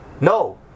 No